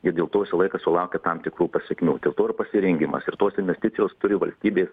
ir dėl to visą laiką sulaukia tam tikrų pasekmių dėl to pasirengimas ir tos investicijos turi valstybės